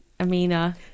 Amina